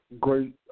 great